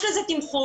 יש לזה תמחור,